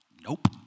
nope